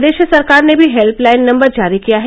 प्रदेश सरकार ने भी हेल्पलाइन नम्बर जारी किया है